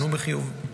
נענו בחיוב.